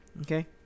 Okay